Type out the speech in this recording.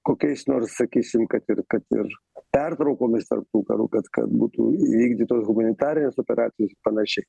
kokiais nors sakysim kad ir kad ir pertraukomis tarp tų karų kad būtų įvykdytos humanitarinės operacijos ir panašiai